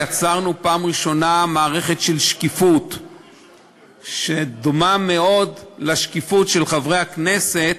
יצרנו בפעם הראשונה מערכת של שקיפות שדומה מאוד לשקיפות אצל חברי הכנסת,